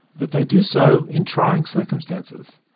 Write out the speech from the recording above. but they do so in trying circumstances.